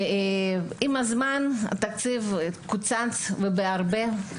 עם הזמן התקציב קוצץ, ובהרבה.